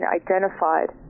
identified